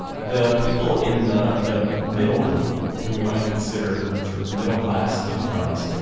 the people in the the middle group who we might consider sort of middle-class incomes,